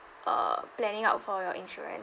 uh planning out for your insurance